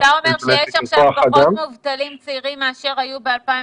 --- אתה אומר שיש עכשיו פחות מובטלים צעירים מכפי שהיו ב-2019?